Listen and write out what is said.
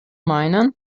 meinen